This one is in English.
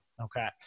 okay